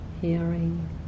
hearing